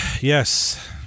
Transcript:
yes